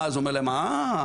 אז הוא אומר להם: אה,